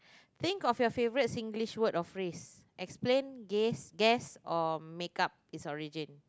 think of your favorite Singlish word or phrase explain gays guess or make up its origin